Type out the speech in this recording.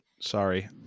sorry